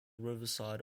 riverside